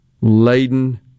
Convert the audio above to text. laden